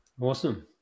Awesome